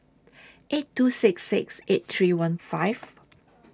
eight two six six eight three one five